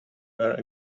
were